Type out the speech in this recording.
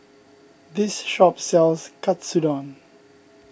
this shop sells Katsudon